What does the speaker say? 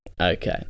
Okay